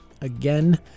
again